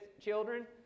children